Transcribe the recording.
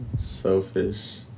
Selfish